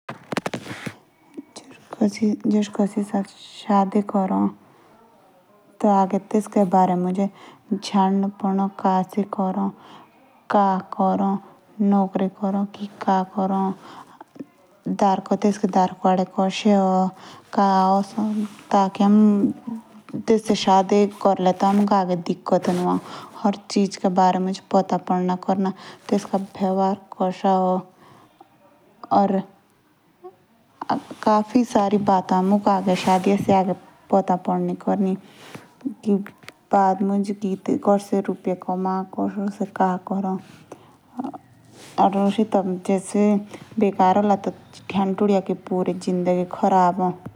जे हमे शादी बी क्रले। टी आगे हमुक तेस्का नंगे मुज। सारा पता चाय आगे। का से करो का तैस्के नोकरे ए एसबी पीटीए चाय।